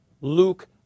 Luke